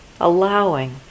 allowing